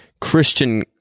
Christian